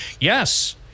yes